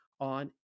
on